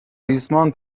ریسمان